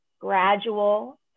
gradual